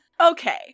okay